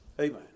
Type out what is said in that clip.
Amen